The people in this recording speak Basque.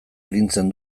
arintzen